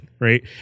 right